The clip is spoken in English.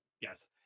Yes